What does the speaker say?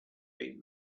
been